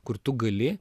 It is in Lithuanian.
kur tu gali